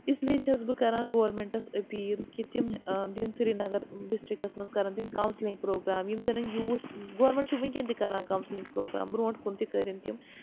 اِسلیے چھَس بہٕ کَران گورمٮ۪نٛٹَس أپیٖل کہِ تِم دِن سریٖنَگَر ڈِسٹِرٛکَس منٛز کَرَن تِم کَوسِلِنٛگ پروگرام یِم زَن یوٗتھ گورمٮ۪نٛٹ چھِ وٕنکٮ۪ن تہِ کَران کاوسلِنٛگ پروگرام برونٛٹھ کُن تہِ کٔرِنۍ تِم